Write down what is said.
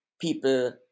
people